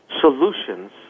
solutions